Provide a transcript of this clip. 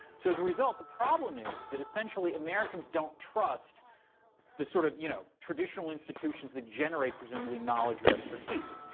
so as a result, the problem is, is that essentially americans don't trust the sort of you know traditional institutions that generate presumably knowledge or expertise.